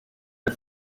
ati